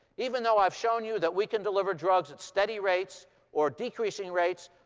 even though i've shown you that we can deliver drugs at steady rates or decreasing rates,